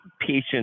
patient